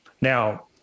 Now